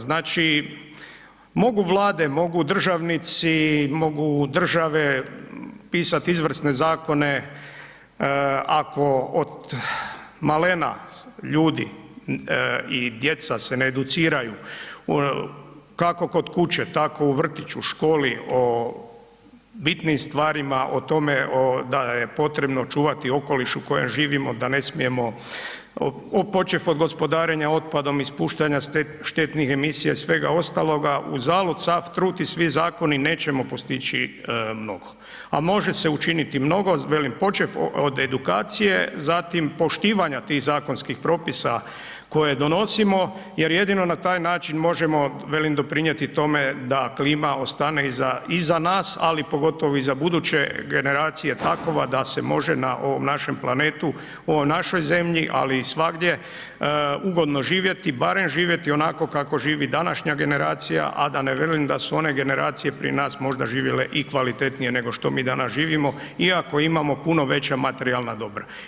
Znači, mogu Vlade, mogu državnici, mogu države pisat izvrsne zakone, ako od malena ljudi i djeca se ne educiraju kako kod kuće, tako u vrtiću, školi, o bitnim stvarima o tome da je potrebno čuvati okoliš u kojem živimo, da ne smijemo, počev od gospodarenja otpadom i ispuštanja štetnih emisija i svega ostaloga, uzalud sav trud i svi zakoni, nećemo postići mnogo, a može se učiniti mnogo, velim počev od edukacije, zatim poštivanja tih zakonskih propisa koje donosimo jer jedino na taj način možemo velim doprinijeti tome da klima ostane i za nas, ali pogotovo i za buduće generacije takova da se može na ovom našem planetu, u ovoj našoj zemlji, ali i svagdje ugodno živjeti, barem živjeti onako kako živi današnja generacija, a da ne velim da su one generacije prije nas možda živjele i kvalitetnije nego što mi danas živimo iako imamo puno veća materijalna dobra.